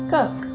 Cook